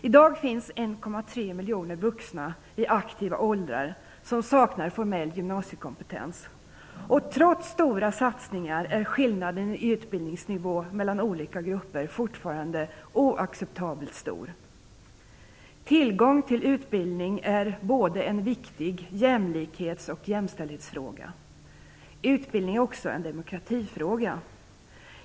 I dag finns det 1,3 miljoner vuxna i aktiva åldrar som saknar formell gymnasiekompetens. Trots stora satsningar är skillnaden i utbildningsnivå mellan olika grupper fortfarande oacceptabelt stor. Tillgång till utbildning är en viktig jämlikhets och jämställdhetsfråga. Utbildning är också en demokratifråga.